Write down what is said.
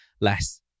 less